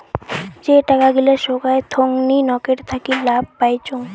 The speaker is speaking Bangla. যে টাকা গিলা সোগায় থোঙনি নকের থাকি লাভ পাইচুঙ